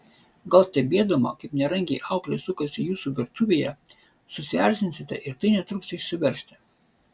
gal stebėdama kaip nerangiai auklė sukasi jūsų virtuvėje susierzinsite ir tai netruks išsiveržti